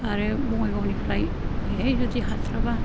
आरो बङायगावनिफ्राय बेहाय जुदि हाथाराबा